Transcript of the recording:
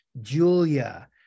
Julia